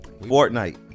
Fortnite